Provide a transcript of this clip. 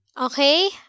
Okay